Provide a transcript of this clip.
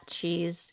cheese